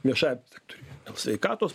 viešajam sektoriuje toks sveikatos